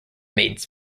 made